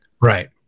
Right